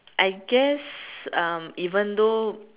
I guess um even though